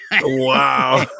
Wow